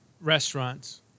restaurants